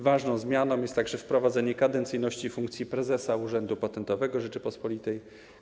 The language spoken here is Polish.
Ważną zmianą jest także wprowadzenie kadencyjności funkcji prezesa Urzędu Patentowego Rzeczypospolitej Polskiej.